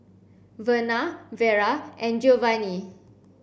Verna Vera and Geovanni